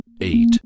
eight